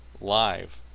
live